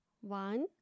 One